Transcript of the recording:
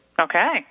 Okay